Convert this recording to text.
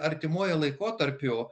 artimuoju laikotarpiu